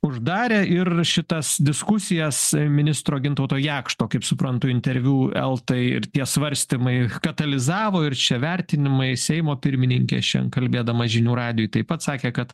uždarę ir šitas diskusijas ministro gintauto jakšto kaip suprantu interviu eltai ir tie svarstymai katalizavo ir čia vertinimai seimo pirmininkę šiandien kalbėdamas žinių radijui taip pat sakė kad